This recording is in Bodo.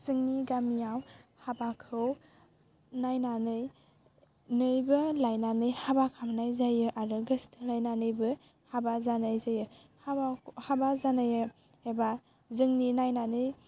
जोंनि गामियाव हाबाखौ नायनानैबो लायनानै हाबा खालामनाय जायो आरो गोसथोलायनानैबो हाबा जानाय जायो हाबा हाबा जानाया एबा जोंनि नायनानै